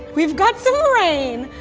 we've got some rain.